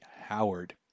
Howard